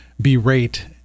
berate